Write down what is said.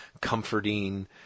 comforting